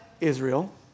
Israel